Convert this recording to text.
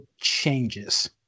changes